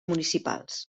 municipals